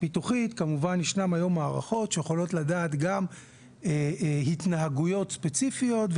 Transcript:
פיתוחית כמובן ישנן היום מערכות שיכולות לדעת גם התנהגויות ספציפיות.